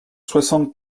soixante